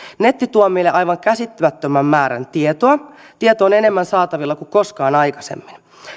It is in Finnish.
netti tuo meille aivan käsittämättömän määrän tietoa tietoa on enemmän saatavilla kuin koskaan aikaisemmin